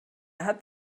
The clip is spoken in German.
hat